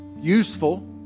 useful